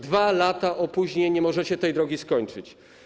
2 lata opóźnień i nie możecie tej drogi skończyć.